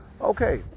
Okay